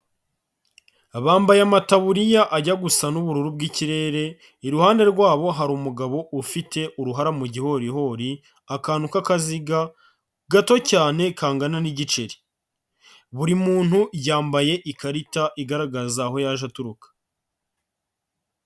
Bambaye amataburiya ajya gusa n'ubururu bw'ikirere, iruhande rwabo hari umugabo ufite uruhara mu gihorihori akantu k'akaziga gato cyane kangana n'igiceri, buri muntu yambaye ikarita igaragaza aho yaje aturuka.